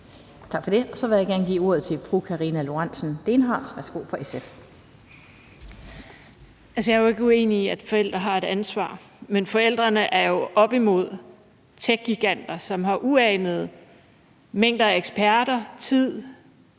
fra SF. Værsgo. Kl. 17:09 Karina Lorentzen Dehnhardt (SF): Jeg er jo ikke uenig i, at forældre har et ansvar, men forældrene er jo oppe imod techgiganter, som har uanede mængder af eksperter, tid,